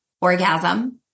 orgasm